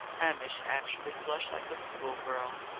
hamish actually blushed like a schoolgirl.